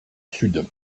sud